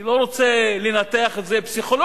אני לא רוצה לנתח את זה פסיכולוגית,